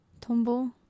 tumble